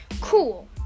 cool